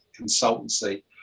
consultancy